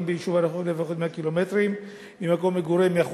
ביישוב הרחוק לפחות 100 קילומטרים ממקום מגוריהם.